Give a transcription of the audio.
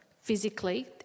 physically